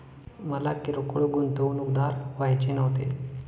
मला किरकोळ गुंतवणूकदार व्हायचे नव्हते